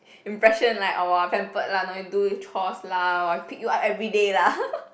impression like oh !wah! pampered lah no need do chores lah !wah! pick you up everyday lah